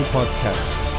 Podcast